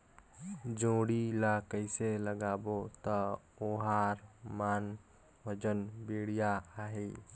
जोणी ला कइसे लगाबो ता ओहार मान वजन बेडिया आही?